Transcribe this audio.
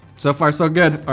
so far so good.